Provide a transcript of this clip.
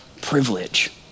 privilege